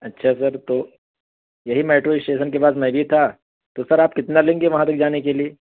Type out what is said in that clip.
اچھا سر تو یہی میٹرو اسٹیشن کے پاس میں بھی تھا تو سر آپ کتنا لیں گے وہاں تک جانے کے لیے